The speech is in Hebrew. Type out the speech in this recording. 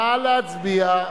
נא להצביע.